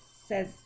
says